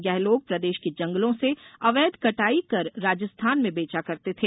ये लोग प्रदेश के जंगलों से अवैध कटाई कर राजस्थान में बेचा करते थे